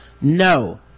no